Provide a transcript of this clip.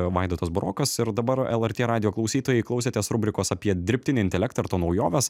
vaidotas burokas ir dabar lrt radijo klausytojai klausėtės rubrikos apie dirbtinį intelektą ir tuo naujovės